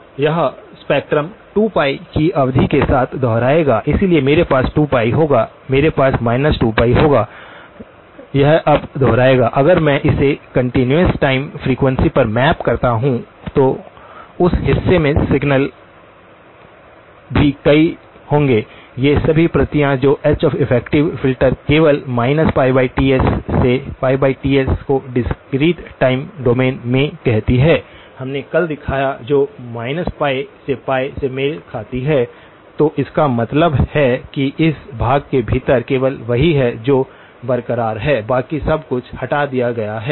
अब यह स्पेक्ट्रम 2π की अवधि के साथ दोहराएगा इसलिए मेरे पास 2π होगा मेरे पास 2π होगा यह अब दोहराएगा अगर मैं इसे कंटीन्यूअस टाइम फ्रीक्वेंसी पर मैप करता हूं तो उस हिस्से में सिग्नल भी कई होंगे ये सभी प्रतियाँ जो Heff फ़िल्टर केवल π Ts से π Ts को डिस्क्रीट टाइम डोमेन में कहती है हमने कल दिखाया जो π से π से मेल खाती है तो इसका मतलब है कि इस भाग के भीतर केवल वही है जो बरकरार है बाकी सब कुछ हटा दिया गया है